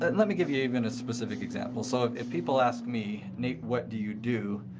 and let me give you even a specific example. so, if if people ask me, nate, what do you do?